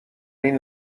این